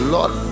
Lord